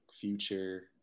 Future